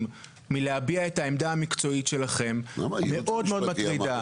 מלהביע את העמדה המקצועית שלכם מאוד מאוד מטרידה.